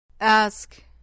Ask